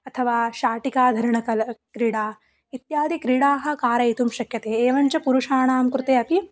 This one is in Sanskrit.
अथवा शाटिकाधरणकला क्रीडा इत्यादिक्रीडाः कारयितुं शक्यते एवञ्च पुरुषाणां कृते अपि